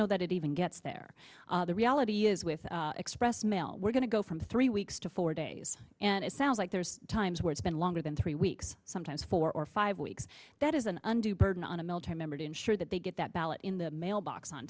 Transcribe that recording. know that it even gets there the reality is with express mail we're going to go from three weeks to four days and it sounds like there's times where it's been longer than three weeks sometimes four or five weeks that is an undue burden on a military member to ensure that they get that ballot in the mail box on